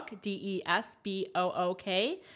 D-E-S-B-O-O-K